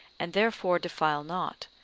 and therefore defile not,